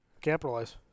Capitalize